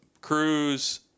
Cruz